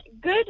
good